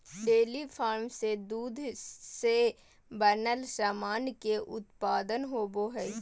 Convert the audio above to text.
dairy farm से दूध से बनल सामान के उत्पादन होवो हय